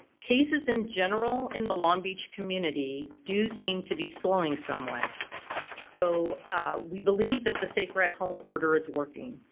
cases in general in the long beach community do seem to be slowing somewhat so we believe that the safer at home order is working.